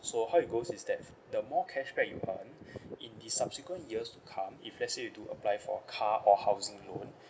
so how it goes is that the more cashback you earn in the subsequent years to come if let's say you do apply for car or housing loan